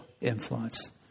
influence